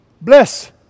Bless